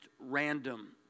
random